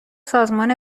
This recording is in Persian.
سازمان